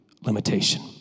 limitation